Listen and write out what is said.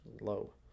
low